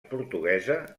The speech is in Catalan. portuguesa